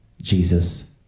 Jesus